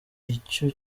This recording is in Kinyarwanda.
icyo